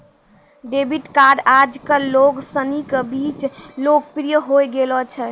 debit card आजकल लोग सनी के बीच लोकप्रिय होए गेलो छै